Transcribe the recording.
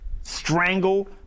strangle